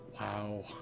Wow